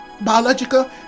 biological